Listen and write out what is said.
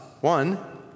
One